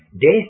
death